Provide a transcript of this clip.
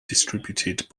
distributed